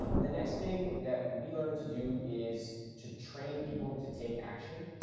and the next thing that we learned to do is to train people to take action.